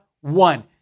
one